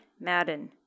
Madden